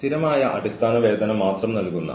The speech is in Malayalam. പ്രശ്നം അംഗീകരിക്കുക